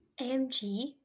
AMG